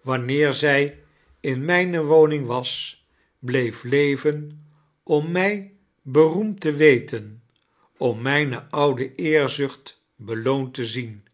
wanneer zij ohaeles dickens in mijne waning was bleef levem om mij beroemd tie weten om mijne ooide eerzucht belooad te zien